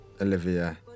Olivia